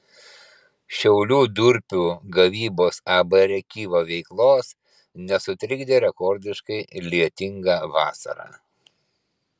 šiaulių durpių gavybos ab rėkyva veiklos nesutrikdė rekordiškai lietinga vasara